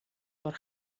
por